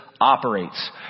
operates